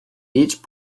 each